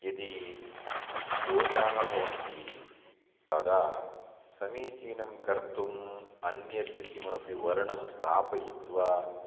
यदि दोषाः भवन्ति तदा समीचीनं कर्तुम् अन्यत् किमपि वर्णं स्थापयित्वा